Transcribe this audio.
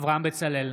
אברהם בצלאל,